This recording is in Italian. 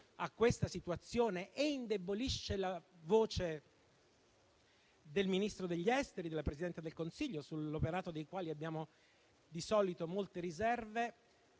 a questa situazione e indebolisce la voce del Ministro degli affari esteri e della Presidente del Consiglio, sull'operato dei quali abbiamo di solito molte riserve,